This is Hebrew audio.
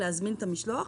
להזמין את המשלוח,